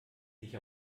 sich